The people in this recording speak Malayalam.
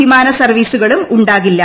വിമാനസർവ്വീസുകളും ഉണ്ടാകില്ല